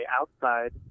outside